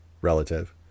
relative